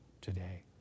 today